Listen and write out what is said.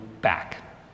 back